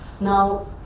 now